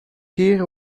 hear